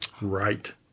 right